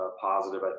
positive